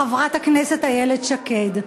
חברת הכנסת איילת שקד,